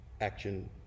action